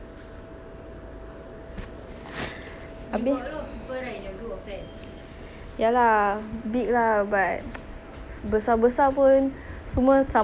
ya lah big lah but besar besar pun semua sama tempat masih susah nak jumpa